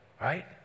right